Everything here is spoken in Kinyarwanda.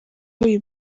uyu